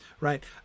right